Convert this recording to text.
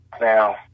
Now